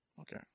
Okay